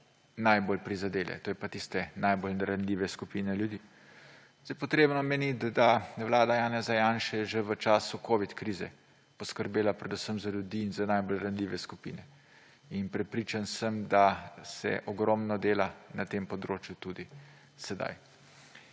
najbolj prizadele, to je pa tiste najbolj ranljive skupine ljudi. Potrebno je omeniti, da je vlada Janeza Janše že v času covid krize poskrbela predvsem za ljudi in za najbolj ranljive skupine, in prepričan sem, da se ogromno dela na tem področju tudi sedaj.